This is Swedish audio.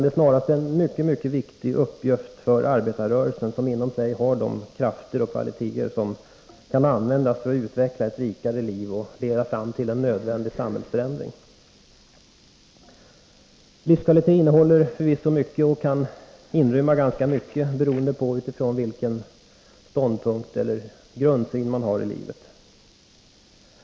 Det är snarast en mycket viktig uppgift för arbetarrörelsen, som inom sig har de krafter och kvaliteter som kan användas för att utveckla ett rikare liv och leda fram till en nödvändig samhällsförändring. Livskvalitet kan förvisso inrymma ganska mycket beroende på vilken ståndpunkt eller grundsyn man har.